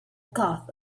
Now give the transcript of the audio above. cough